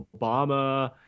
Obama